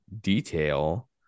detail